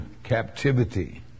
Captivity